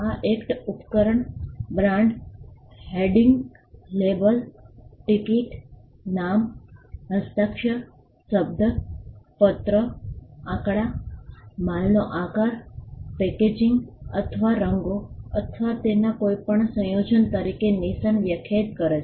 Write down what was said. આ એક્ટ ઉપકરણ brand heading label ticket નામ હસ્તાક્ષર શબ્દ પત્ર આંકડા માલનો આકાર પેકેજિંગ અથવા રંગો અથવા તેના કોઈપણ સંયોજન તરીકે નિશાન વ્યાખ્યાયિત કરે છે